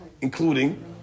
including